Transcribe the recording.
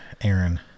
Aaron